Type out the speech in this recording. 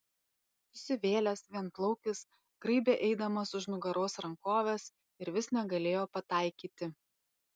susivėlęs vienplaukis graibė eidamas už nugaros rankoves ir vis negalėjo pataikyti